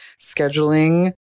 scheduling